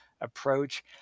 approach